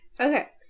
Okay